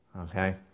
Okay